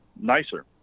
nicer